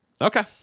okay